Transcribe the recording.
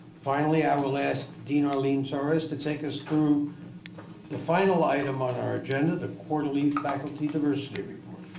finally, our last, dean arlene torres, to take us through the final item on our agenda, the quarterly faculty diversity report.